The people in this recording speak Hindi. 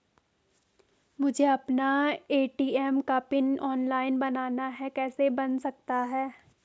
मुझे अपना ए.टी.एम का पिन ऑनलाइन बनाना है कैसे बन सकता है?